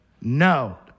No